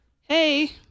hey